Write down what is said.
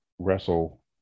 Wrestle